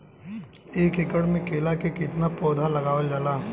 एक एकड़ में केला के कितना पौधा लगावल जाला?